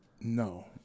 No